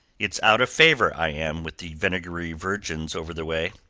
it's out of favour i am with the vinegary virgins over the way.